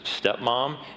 stepmom